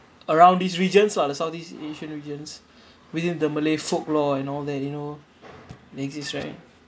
around these regions lah the southeast asian regions within the malay folklore and all that you know exist right